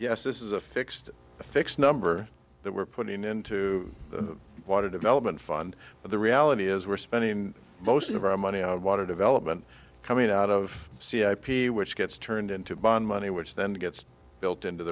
yes this is a fixed a fixed number that we're putting into the water development fund but the reality is we're spending most of our money on water development coming out of c i p which gets turned into bond money which then gets built into